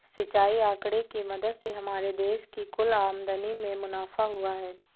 सिंचाई आंकड़े की मदद से हमारे देश की कुल आमदनी में मुनाफा हुआ है